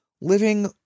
Living